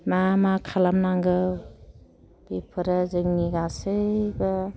मा मा खालामनांगौ बेफोरो जोंनि गासैबो